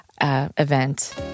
Event